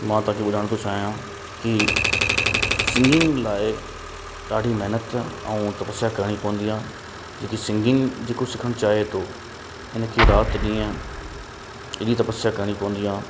मां तांखे ॿुधाइण थो चाहियां की सिंगिंग लाइ ॾाढी महिनत ऐं तपस्या करणी पवंदी आहे जेकी सिंगिंग जेको सिखणु चाहे थो इन खे रात ॾींहुं एॾी तपस्या करणी पवंदी आहे